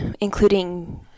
including